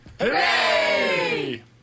Hooray